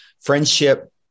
friendship